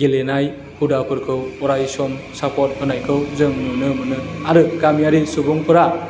गेलेनाय हुदाफोरखौ अरायसम सापर्ट होनायखौ जों नुनो मोनो आरो गामियारि सुबुंफोरा